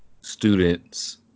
students